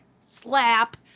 slap